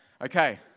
okay